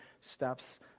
steps